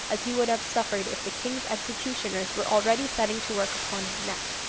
as he would have suffered if the king's executioners were already setting to work upon his neck.